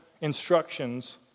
instructions